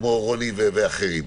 כמו רוני ואחרים?